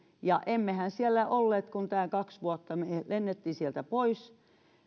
emmehän siellä olleet kuin kaksi vuotta me lensimme sieltä pois